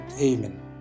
Amen